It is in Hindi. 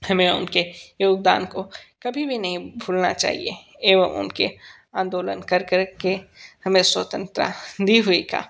हमे उनके योगदान को कभी भी नहीं भूलना चाहिए एवं उनके आंदोलन कर कर के हमें स्वतंत्रता दी हुई का